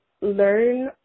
learn